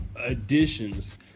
additions